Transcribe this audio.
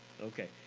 okay